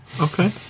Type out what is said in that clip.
Okay